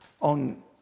on